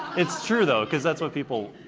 it's true, though, cause that's what people,